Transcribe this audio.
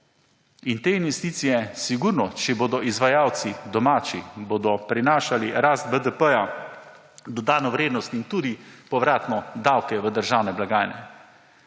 In te investicije sigurno, če bodo izvajalci domači, bodo prinašali rast BDP-ja, dodano vrednost in tudi povratno davke v državne blagajne.